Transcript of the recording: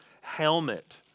helmet